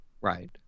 Right